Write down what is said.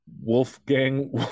Wolfgang